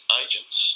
agents